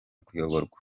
kuyoborwa